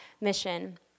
mission